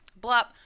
Blup